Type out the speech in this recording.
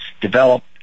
develop